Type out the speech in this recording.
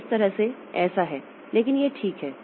तो इस तरह से ऐसा है लेकिन यह ठीक है